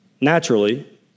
naturally